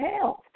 health